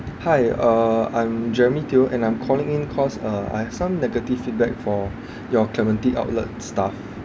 hi uh I'm jeremy teo and I'm calling in cause uh I have some negative feedback for your clementi outlet staff